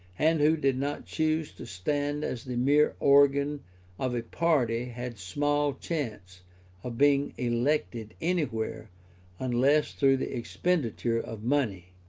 and who did not choose to stand as the mere organ of a party had small chance of being elected anywhere unless through the expenditure of money.